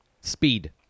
Speed